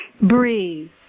Breathe